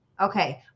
Okay